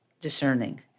discerning